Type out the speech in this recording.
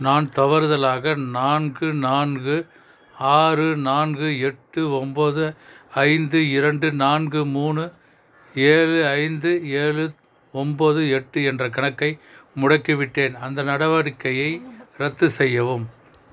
நான் தவறுதலாக நான்கு நான்கு ஆறு நான்கு எட்டு ஒம்பது ஐந்து இரண்டு நான்கு மூணு ஏழு ஐந்து ஏழு ஒம்பது எட்டு என்ற கணக்கை முடக்கிவிட்டேன் அந்த நடவடிக்கையை ரத்து செய்யவும்